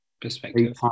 Perspective